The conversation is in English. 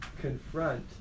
confront